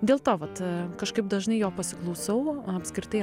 dėl to vat kažkaip dažnai jo pasiklausau apskritai